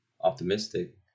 optimistic